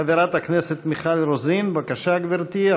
חברת הכנסת מיכל רוזין, בבקשה, גברתי.